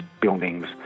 buildings